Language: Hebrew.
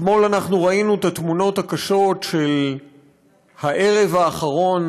אתמול ראינו את התמונות הקשות של הערב האחרון